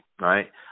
right